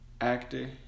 Actor